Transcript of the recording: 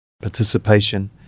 participation